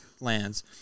lands